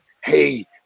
hey